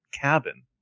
cabin